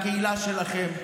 לקהילה שלכם,